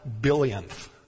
billionth